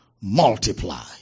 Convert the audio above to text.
multiply